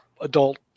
adult